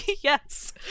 Yes